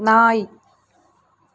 நாய்